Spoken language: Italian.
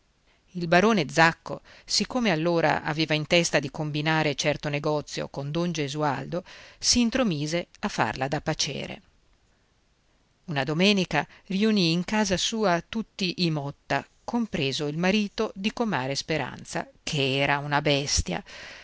il barone zacco siccome allora aveva in testa di combinare certo negozio con don gesualdo s'intromise a farla da paciere una domenica riunì in casa sua tutti i motta compreso il marito di comare speranza ch'era una bestia